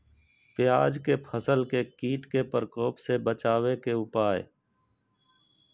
प्याज के फसल के कीट के प्रकोप से बचावे के उपाय?